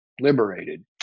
liberated